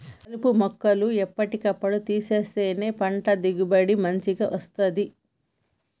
కలుపు మొక్కలు ఎప్పటి కప్పుడు తీసేస్తేనే పంట దిగుబడి మంచిగ వస్తది